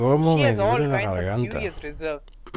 she has all kinds of curi ous reserves